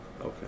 Okay